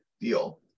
deal